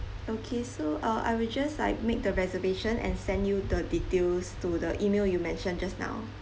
okay so uh I will just like make the reservation and send you the details to the email you mentioned just now